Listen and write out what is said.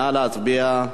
נא להצביע.